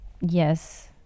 yes